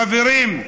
חברים,